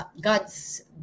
God's